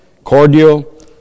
cordial